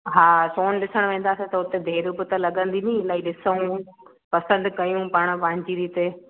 हा सोन ॾिसणु वेंदासीं त हुते देरि बि त लगंदी नी इलाही ॾिसूं पसंदि कयूं पाण पांहिंजी रीते